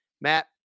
Matt